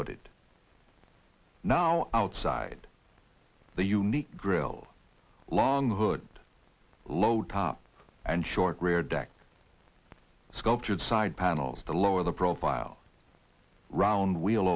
hooded now outside the unique grill long hood low top and short rear deck sculptured side panels to lower the profile round wheel